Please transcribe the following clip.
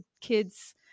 kid's